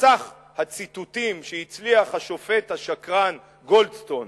סך הציטוטים שהצליח השופט השקרן גולדסטון